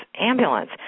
ambulance